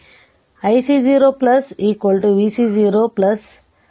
ಆದ್ದರಿಂದ ic 0 vc 0 by 20